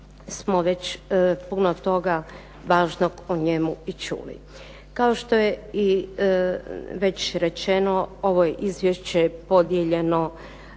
smo već puno toga važnog o njemu i čuli. Kao što je već rečeno ovo je izvješće podijeljeno